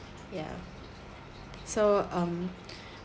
ya so um